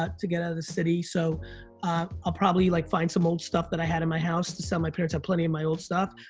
ah to get out of the city, so i'll probably like find some old stuff that i had in my house, to sell, my parents have plenty of and my old stuff.